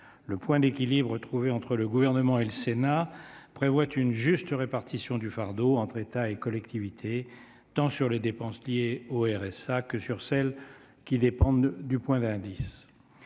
Le point d'équilibre trouvé entre le Gouvernement et le Sénat prévoit une juste répartition du fardeau entre État et collectivités, tant sur les dépenses liées au RSA que sur celles qui dépendent du point d'indice.